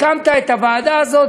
הקמת את הוועדה הזאת,